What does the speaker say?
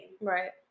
Right